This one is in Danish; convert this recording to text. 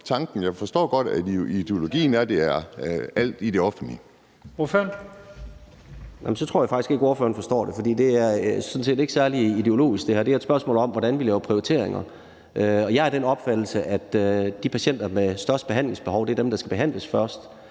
jeg forstår godt, at ideologien er, at alt skal holdes i det offentlige.